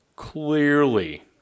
clearly